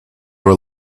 were